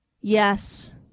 Yes